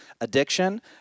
Addiction